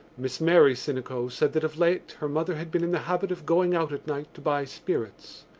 miss mary sinico said that of late her mother had been in the habit of going out at night to buy spirits.